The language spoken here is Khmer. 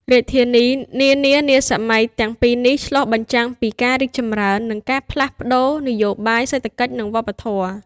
រាជធានីនានានៃសម័យទាំងពីរនេះ ឆ្លុះបញ្ចាំងពីការរីកចម្រើន និងការផ្លាស់ប្តូរនយោបាយ សេដ្ឋកិច្ច និងវប្បធម៌។